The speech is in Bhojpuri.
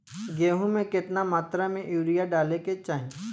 गेहूँ में केतना मात्रा में यूरिया डाले के चाही?